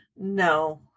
No